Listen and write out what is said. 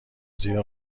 زیر